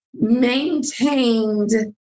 Maintained